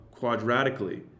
quadratically